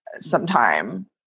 sometime